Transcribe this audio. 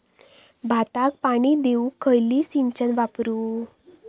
भाताक पाणी देऊक खयली सिंचन वापरू?